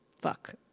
fuck